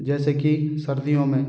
जैसे कि सर्दियों में